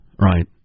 Right